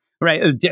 Right